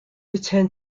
return